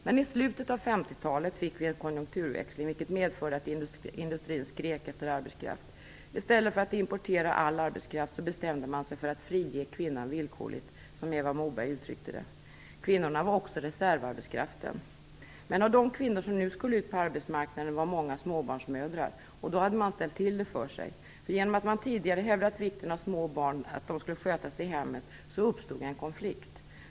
Men i slutet av 50-talet fick vi en konjunkturväxling, vilket medförde att industrin skrek efter arbetskraft. I stället för att importera all arbetskraft bestämde man sig för att "frige kvinnan villkorligt, som Eva Moberg uttryckte det. Kvinnorna utgjorde också reservarbetskraften. Men av de kvinnor som nu skulle ut på arbetsmarknaden var många småbarnsmödrar, och då hade man ställt till det för sig. Genom att man tidigare hade hävdat vikten av att små barn sköttes i hemmet uppstod en konflikt.